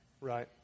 Right